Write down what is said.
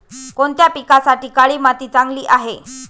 कोणत्या पिकासाठी काळी माती चांगली आहे?